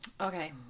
Okay